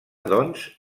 doncs